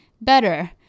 Better